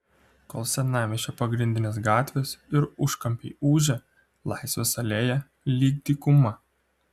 kol senamiesčio pagrindinės gatvės ir užkampiai ūžia laisvės alėja lyg dykuma